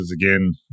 again